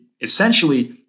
Essentially